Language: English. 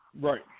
right